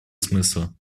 смысла